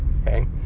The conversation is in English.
Okay